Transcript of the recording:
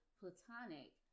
platonic